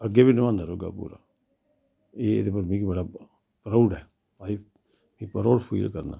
अग्गै बी निभांदा रौह्गा पूरा एह्दे पर मिगी बड़ा पराऊड ऐ ते पराऊड़ फील करना